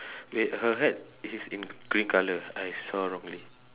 wait her hat is in grey colour I saw wrongly